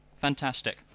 fantastic